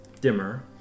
dimmer